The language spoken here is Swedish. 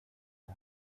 det